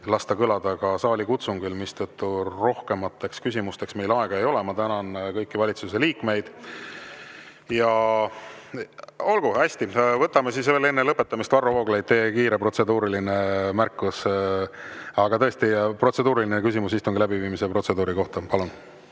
lasta kõlada saalikutsungil. Seetõttu rohkemateks küsimusteks meil aega ei ole. Ma tänan kõiki valitsuse liikmeid! Olgu, hästi! Võtame enne lõpetamist veel Varro Vooglaiu kiire protseduurilise märkuse. Aga tõesti, protseduuriline küsimus istungi läbiviimise protseduuri kohta, palun!